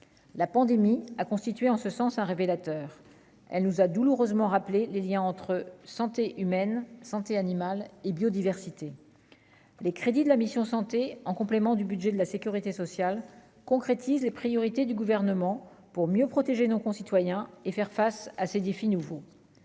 la pandémie a constitué en ce sens un révélateur, elle nous a douloureusement rappelé les Liens entre santé humaine santé animale et biodiversité : les crédits de la mission santé en complément du budget de la Sécurité sociale concrétise les priorités du gouvernement pour mieux protéger nos concitoyens et faire face à ces défis nouveaux